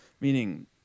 meaning